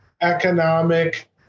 economic